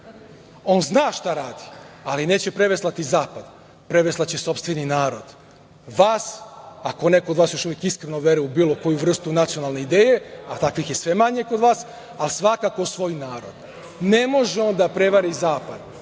On zna šta radi, ali neće preveslati zapad, preveslaće sopstveni narod, vas, ako neko od vas još uvek iskreno veruje u bilo koju vrstu nacionalne ideje, a takvih je sve manje kod vas, ali svakako svoj narod. Ne može on da prevari zapad.